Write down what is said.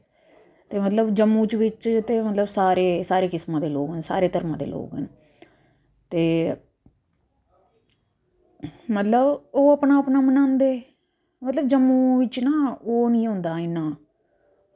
ते जम्मू च मतलब जम्मू च ते सारे किस्म दे लोग न सारे धर्म दे लोग न ते मतलब ओह् अपना अपना मनांदे मतलब जम्मू बिच ना ओह् निं होंदा इन्ना